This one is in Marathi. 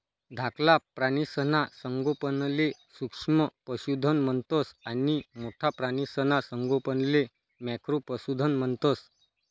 धाकला प्राणीसना संगोपनले सूक्ष्म पशुधन म्हणतंस आणि मोठ्ठा प्राणीसना संगोपनले मॅक्रो पशुधन म्हणतंस